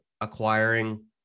acquiring